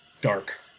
dark